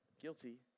Guilty